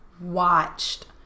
watched